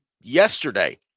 yesterday